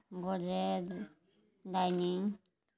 Godrej dinning